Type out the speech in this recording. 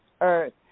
earth